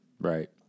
Right